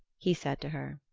he said to her.